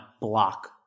block